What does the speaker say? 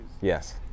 Yes